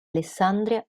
alessandria